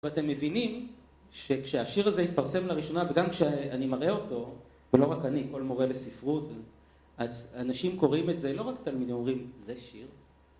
ואתם מבינים שכשהשיר הזה התפרסם לראשונה, וגם כשאני מראה אותו, ולא רק אני, כל מורה לספרות, אז אנשים קוראים את זה, לא רק תלמידי הורים, זה שיר.